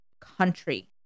country